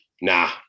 nah